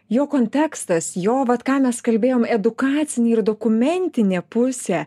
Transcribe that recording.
jo kontekstas jo vat ką mes kalbėjom edukacinė ir dokumentinė pusė